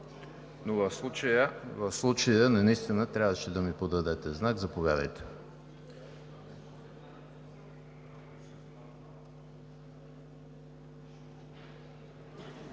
но в случая наистина трябваше да ми подадете знак. Заповядайте.